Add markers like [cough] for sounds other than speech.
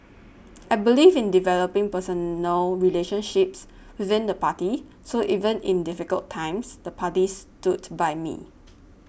[noise] I believe in developing personal relationships within the party so even in difficult times the party stood by me